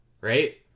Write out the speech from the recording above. Right